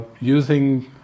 Using